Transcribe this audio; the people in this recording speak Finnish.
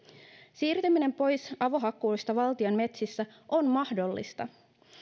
siirtyminen pois avohakkuista valtion metsissä on mahdollista